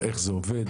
איך זה עובד,